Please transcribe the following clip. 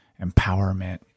empowerment